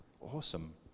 Awesome